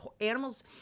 animals